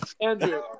Andrew